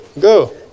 go